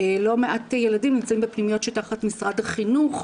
לא מעט ילדים נמצאים בפנימיות תחת משרד החינוך,